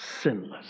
sinless